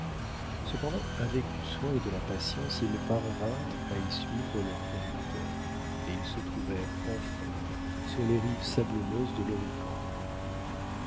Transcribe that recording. cependant avec du soin et de la patience ils parvinrent à y suivre leurs conducteurs et ils se trouvèrent enfin sur les rives sablonneuses de l'horican